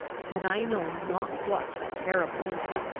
had i know not what of terrible in it.